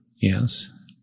Yes